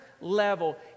level